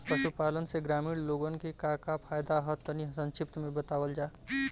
पशुपालन से ग्रामीण लोगन के का का फायदा ह तनि संक्षिप्त में बतावल जा?